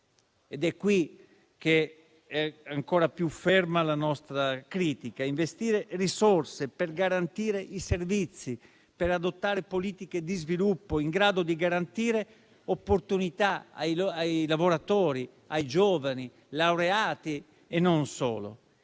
ed è qui che è ancora più ferma la nostra critica - per garantire i servizi e per adottare politiche di sviluppo in grado di garantire opportunità ai lavoratori e ai giovani, laureati e non.